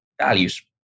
values